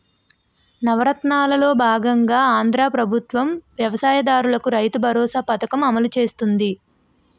నవరత్నాలలో బాగంగా ఆంధ్రా ప్రభుత్వం వ్యవసాయ దారులకు రైతుబరోసా పథకం అమలు చేస్తుంది